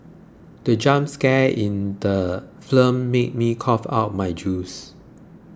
the jump scare in the film made me cough out my juice